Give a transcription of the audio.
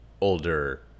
older